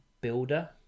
builder